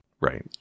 Right